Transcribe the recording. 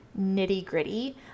nitty-gritty